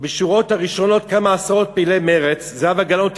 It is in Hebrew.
בשורות הראשונות כמה עשרות פעילי מרצ" זהבה גלאון,